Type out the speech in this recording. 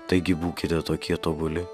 taigi būkite tokie tobuli